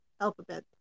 alphabet